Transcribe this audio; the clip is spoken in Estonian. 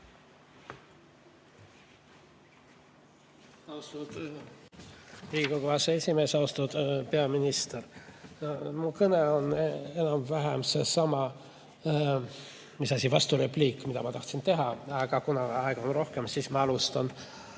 Austatud Riigikogu aseesimees! Austatud peaminister! Mu kõne on enam-vähem seesama, mis vasturepliik, mida ma tahtsin teha. Aga kuna aega on rohkem, siis ma alustan